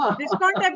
discount